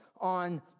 on